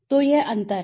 तो यह अंतर है